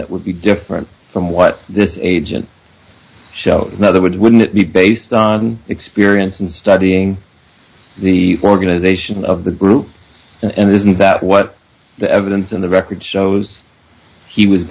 that would be different from what this is agent show another would wouldn't it be based on experience and studying the organization of the group and isn't that what the evidence in the record shows he was